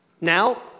Now